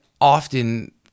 often